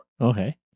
Okay